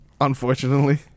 Unfortunately